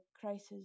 crisis